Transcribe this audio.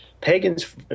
Pagans